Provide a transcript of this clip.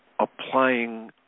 applying